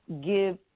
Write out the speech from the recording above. give